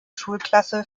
schulklasse